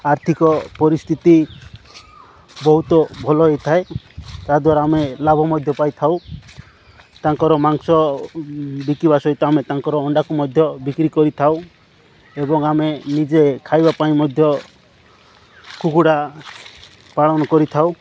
ଆର୍ଥିକ ପରିସ୍ଥିତି ବହୁତ ଭଲ ହେଇଥାଏ ତାଦ୍ୱାରା ଆମେ ଲାଭ ମଧ୍ୟ ପାଇଥାଉ ତାଙ୍କର ମାଂସ ବିକିବା ସହିତ ଆମେ ତାଙ୍କର ଅଣ୍ଡାକୁ ମଧ୍ୟ ବିକ୍ରି କରିଥାଉ ଏବଂ ଆମେ ନିଜେ ଖାଇବା ପାଇଁ ମଧ୍ୟ କୁକୁଡ଼ା ପାଳନ କରିଥାଉ